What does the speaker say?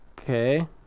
Okay